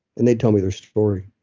and they'd tell me their story.